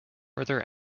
further